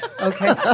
Okay